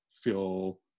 Feel